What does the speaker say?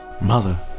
Mother